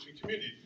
community